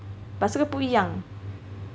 这个不一样